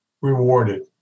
rewarded